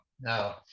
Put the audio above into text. no